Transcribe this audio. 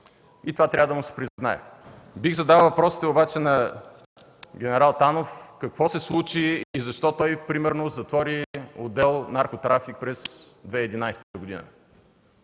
И това трябва да му се признае. Бих задал обаче въпроса на ген. Танов – какво се случи и защо той примерно затвори отдел „Наркотрафик” през 2011 г.?